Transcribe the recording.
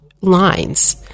lines